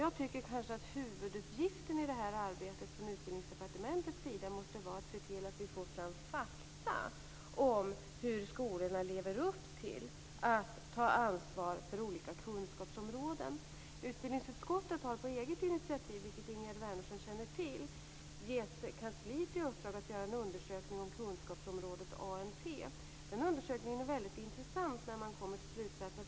Jag tycker att huvuduppgiften i det här arbetet från Utbildningsdepartementets sida måste vara att se till att vi får fram fakta om hur skolorna lever upp till att ta ansvar för olika kunskapsområden. Utbildningsutskottet har på eget initiativ, vilket Ingegerd Wärnersson känner till, givit kansliet i uppdrag att göra en undersökning om kunskapsområdet ANT. Den undersökningen är väldigt intressant när den kommer fram till slutsatserna.